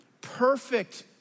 perfect